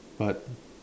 but